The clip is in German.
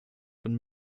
von